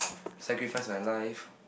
sacrifice my life